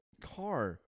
car